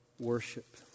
worship